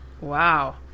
Wow